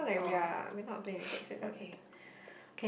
oh okay